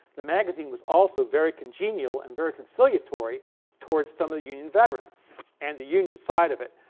the magazine was also very congenial and very conciliatory towards some of the union veterans and the union side of it.